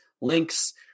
links